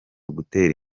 gutera